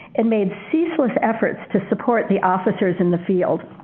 it made ceaseless efforts to support the officers in the field.